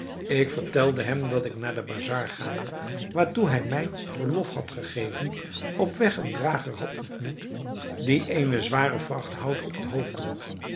ik vertelde hem dat ik naar de bazar gaande waartoe hij mij verlof had gegeven op weg een drager had ontmoet die eene zware vracht hout op het hoofd droeg